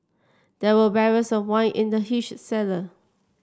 there were barrels of wine in the huge cellar